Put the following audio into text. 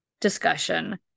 discussion